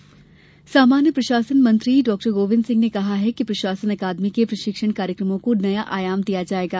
गोविन्द सिंह सामान्य प्रशासन मंत्री डॉक्टर गोविन्द सिंह ने कहा है कि प्रशासन अकादमी के प्रशिक्षण कार्यक्रमों को नया आयाम दिया जायेगा